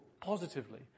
positively